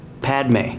Padme